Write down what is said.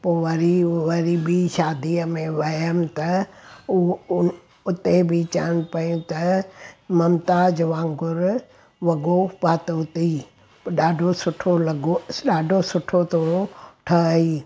पोइ वरी वरी ॿी शादीअ में वयमि त उहो उहो हुते बि चयनि पयूं त मुमताज़ वांगुरु वॻो पातो अथई ॾाढो सुठो लॻो ॾाढो सुठो थो ठहई